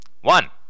One